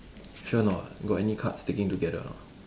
sure or not got any cards sticking together or not